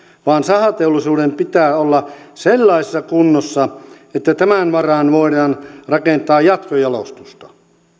vaan sahateollisuuden pitää olla sellaisessa kunnossa että tämän varaan voidaan rakentaa jatkojalostusta